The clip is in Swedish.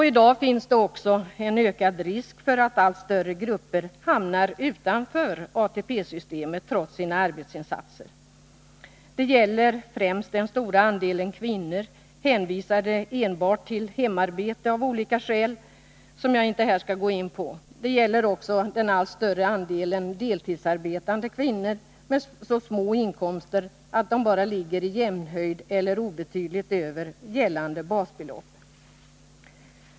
I dag finns också en ökad risk för att allt större grupper hamnar utanför ATP-systemet, trots sina arbetsinsatser. Det gäller främst den stora andelen kvinnor vilken, av olika skäl som jag inte här skall gå in på, är hänvisad enbart till hemarbete. Det gäller också den allt större andelen deltidsarbetande kvinnor med inkomster som är så små att de bara ligger i jämnhöjd med eller obetydligt över gällande basbelopp.